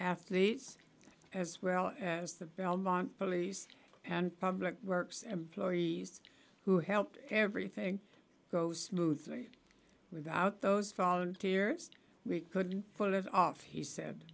athletes as well as the belmont police and public works employees who helped everything goes smoothly without those volunteers we couldn't pull it off he said